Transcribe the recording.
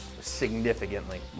significantly